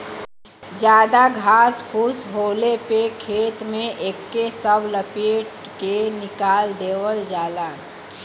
जादा घास फूस होले पे खेत में एके सब लपेट के निकाल देवल जाला